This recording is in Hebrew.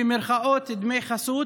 "דמי חסות",